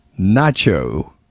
nacho